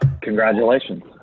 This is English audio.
Congratulations